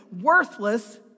worthless